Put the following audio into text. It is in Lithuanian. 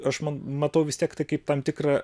aš matau vis tiek tai kaip tam tikrą